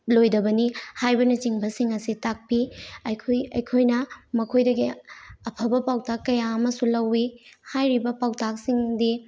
ꯂꯣꯏꯗꯕꯅꯤ ꯍꯥꯏꯕꯅꯆꯤꯡꯕꯁꯤꯡ ꯑꯁꯤ ꯇꯥꯛꯄꯤ ꯑꯩꯈꯣꯏꯅ ꯃꯈꯣꯏꯗꯒꯤ ꯑꯐꯕ ꯄꯥꯎꯇꯥꯛ ꯀꯌꯥ ꯑꯃꯁꯨ ꯂꯧꯏ ꯍꯥꯏꯔꯤꯕ ꯄꯥꯎꯇꯥꯛꯁꯤꯡꯗꯤ